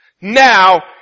Now